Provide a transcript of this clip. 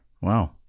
Wow